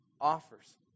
offers